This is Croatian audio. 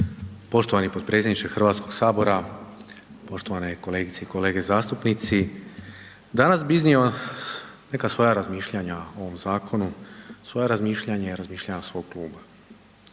Poštovani potpredsjedniče HS-a, poštovane kolegice i kolege zastupnici. Danas bi iznio neka svoja razmišljanja o ovom zakonu. Svoja razmišljanja, razmišljanje svog kluba.